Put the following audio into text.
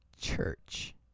Church